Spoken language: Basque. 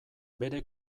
bere